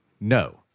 No